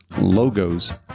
logos